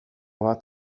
bat